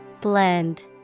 Blend